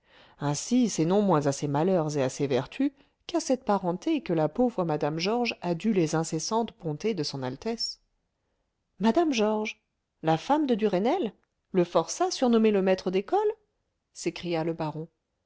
ainsi c'est non moins à ses malheurs et à ses vertus qu'à cette parenté que la pauvre mme georges a dû les incessantes bontés de son altesse mme georges la femme de duresnel le forçat surnommé le maître d'école s'écria le baron